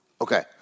Okay